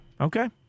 okay